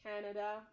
Canada